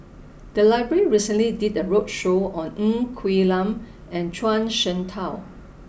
the library recently did a roadshow on Ng Quee Lam and Zhuang Shengtao